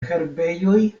herbejoj